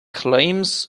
claims